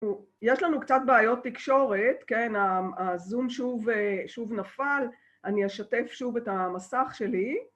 יש לנו קצת בעיות תקשורת, כן, הזום שוב נפל, אני אשתף שוב את המסך שלי.